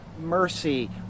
mercy